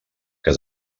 que